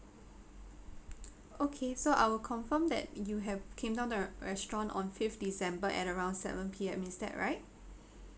okay so I will confirm that you have came down the restaurant on fifth december at around seven P_M is that right